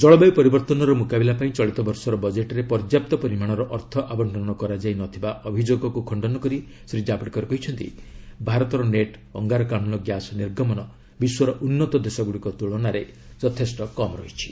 ଜଳବାୟ ପରିବର୍ତ୍ତନର ମ୍ରକାବିଲା ପାଇଁ ଚଳିତବର୍ଷର ବଜେଟରେ ପର୍ଯ୍ୟାପ୍ତ ପରିମାଣର ଅର୍ଥ ଆବଶ୍ଚନ କରାଯାଇ ନଥିବା ଅଭିଯୋଗକ୍ର ଖଶ୍ଚନ କରି ଶ୍ରୀ ଜାବଡେକର କହିଛନ୍ତି ଭାରତର ନେଟ୍ ଅଙ୍ଗାରକାମୁ ଗ୍ୟାସ ନିର୍ଗମନ ବିଶ୍ୱର ଉନ୍ନତ ଦେଶଗୁଡ଼ିକ ତୁଳନାରେ ଯଥେଷ୍ଟ କମ୍ ରହିଛି